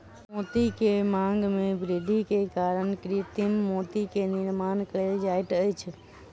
मोती के मांग में वृद्धि के कारण कृत्रिम मोती के निर्माण कयल जाइत अछि